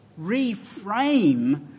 reframe